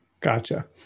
Gotcha